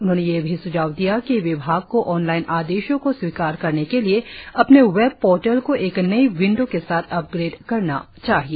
उन्होंने यह भी स्झाव दिया कि विभाग को ऑनलाइन आदेशों को स्वीकार करने के लिए अपने वेब पोर्टल को एक नई विंडो के साथ अपग्रेड करना चाहिए